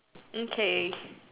okay